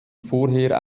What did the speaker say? vorher